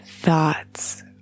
thoughts